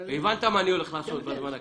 הבנת מה אני הולך לעשות בזמן הקרוב.